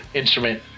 instrument